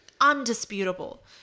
undisputable